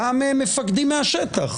גם מפקדים מהשטח,